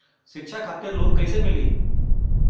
शिक्षा खातिर लोन कैसे मिली?